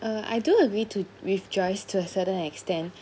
uh I do agree to with joyce to a certain extent